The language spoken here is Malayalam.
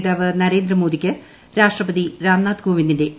നേതാവ് നരേന്ദ്രമോദിക്ക് രാഷ്ട്രപതി രാംനാഥ് കോവിന്ദിന്റെ ക്ഷണം